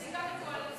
נכון, נכון מאוד.